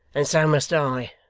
and so must i,